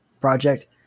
project